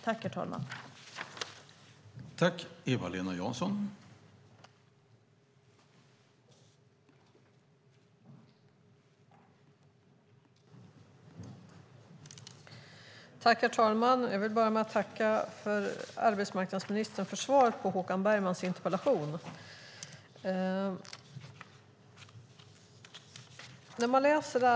Då Håkan Bergman, som framställt interpellationen, anmält att han var förhindrad att närvara vid sammanträdet medgav talmannen att Eva-Lena Jansson i stället fick delta i överläggningen.